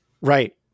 Right